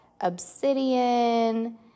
obsidian